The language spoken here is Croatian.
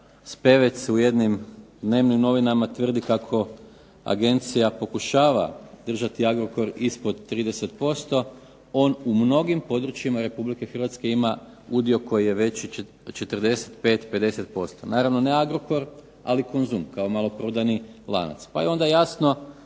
Spevec u jednim dnevnim novinama tvrdi kako agencija pokušava držati Agrokor ispod 30%, on u mnogim područjima RH ima udio koji je veći 45, 50%. Naravno ne Agrokor, nego Konzum kao maloprodajni lanac. Pa je onda jasno